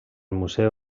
museu